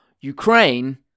Ukraine